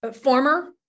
former